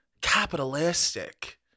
capitalistic